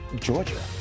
Georgia